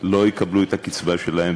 לא יקבלו את הקצבה שלהם,